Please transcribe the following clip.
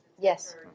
Yes